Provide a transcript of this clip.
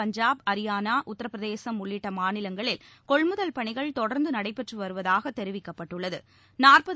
பஞ்சாப் அரியானா உத்திரப்பிரதேசம் உள்ளிட்ட மாநிலங்களில் கொள்முதல் பணிகள் தொடர்ந்து நடைபெற்று வருவதாக தெரிவிக்கப்பட்டுள்ளது